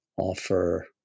offer